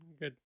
good